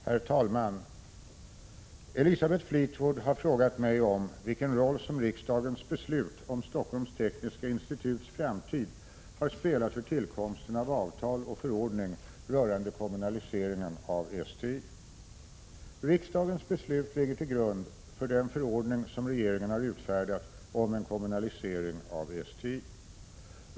Herr talman! Elisabeth Fleetwood har frågat mig om vilken roll som riksdagens beslut om Stockholms Tekniska instituts framtid har spelat för tillkomsten av avtal och förordning rörande kommunaliseringen av STI. Riksdagens beslut ligger till grund för den förordning som regeringen har utfärdat om en kommunalisering av STI.